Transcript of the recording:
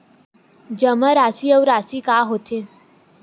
जमा राशि अउ राशि का होथे?